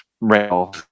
rail